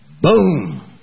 boom